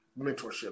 mentorship